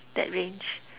that range